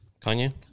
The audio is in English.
Kanye